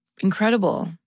Incredible